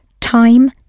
Time